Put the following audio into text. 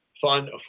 fund